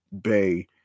Bay